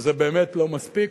שזה באמת לא מספיק,